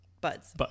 Buds